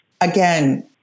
Again